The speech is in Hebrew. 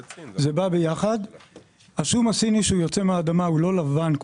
השום הסיני שיוצא מהאדמה הוא לא לבן.